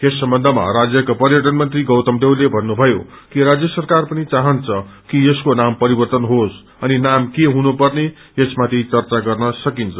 यस सम्बन्धमा राज्यका पर्यटन मन्त्री गौतम देवले भठ्ठभयो कि राज्य सरकार पनि चाहन्छ कि यसको नाम परिवर्तन झेस अनि नाम के हुनपर्ने यसमाथि चर्चा गर्न सकिन्छ